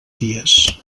dies